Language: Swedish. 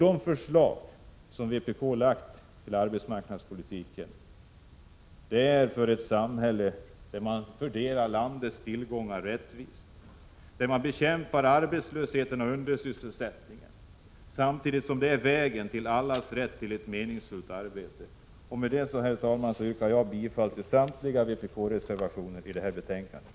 De förslag som vpk lagt fram när det gäller arbetsmarknadspolitiken gäller ett samhälle där man fördelar landets tillgångar rättvist, där man bekämpar arbetslösheten och undersysselsättningen, samtidigt som de innebär vägen till allas rätt till ett meningsfullt arbete. Med detta, herr talman, yrkar jag bifall till samtliga vpk-reservationer till det här betänkandet.